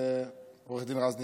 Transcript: זה עו"ד רז נזרי.